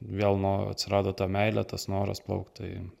vėl nuo atsirado ta meilė tas noras plaukt tai